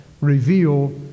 reveal